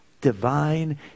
divine